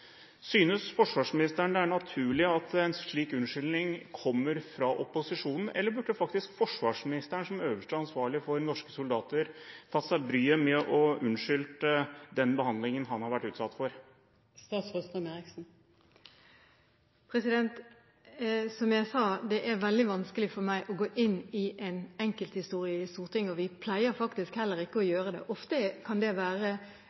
Synes forsvarsministeren det er naturlig at en slik unnskyldning kommer fra opposisjonen, eller burde faktisk forsvarsministeren som øverste ansvarlig for norske soldater tatt seg bryet med å unnskylde den behandlingen han har vært utsatt for? Som jeg sa, det er veldig vanskelig for meg å gå inn i en enkelthistorie i Stortinget, og vi pleier faktisk heller ikke å gjøre det. Ofte kan det være